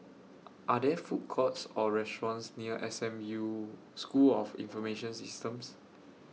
Are There Food Courts Or restaurants near S M U School of Information Systems